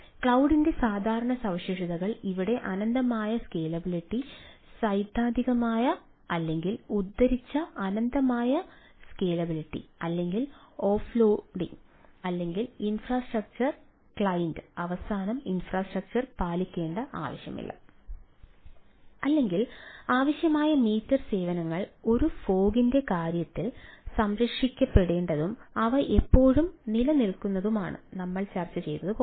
ക്ലൌഡിൻ്റെ കാര്യത്തിൽ സംരക്ഷിക്കപ്പെടേണ്ടതും അവ ഇപ്പോഴും നിലനിൽക്കുന്നതുമാണ് നമ്മൾ ചർച്ച ചെയ്തതുപോലെ